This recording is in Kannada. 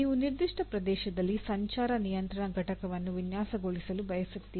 ನೀವು ನಿರ್ದಿಷ್ಟ ಪ್ರದೇಶದಲ್ಲಿ ಸಂಚಾರ ನಿಯಂತ್ರಣ ಘಟಕವನ್ನು ವಿನ್ಯಾಸಗೊಳಿಸಲು ಬಯಸುತ್ತೀರಿ